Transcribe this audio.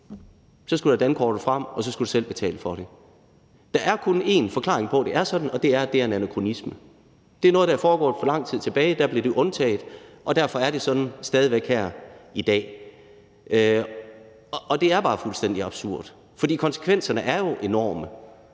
så skal du have dankortet frem, og skal du selv betale for det. Der er kun én forklaring på, at det er sådan, og det er, at det er en anakronisme. Det blev undtaget for lang tid siden, og det er stadig væk sådan her i dag. Det er bare fuldstændig absurd, fordi konsekvenserne jo er enorme.